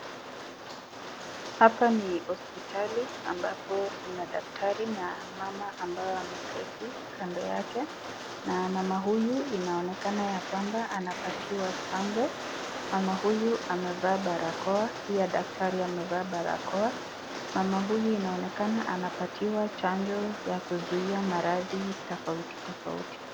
Hapa ni hospitali ambapo kuna daktari na mama ambaye ameketi kando yake. Na mama huyu inaonekana ya kwamba anapatiwa chanjo. Mama huyu amevaa barakoa, pia daktari amevaa barakoa. Mama huyu inaonekana anapatiwa chanjo ya kuzuia maradhi tofauti tofauti.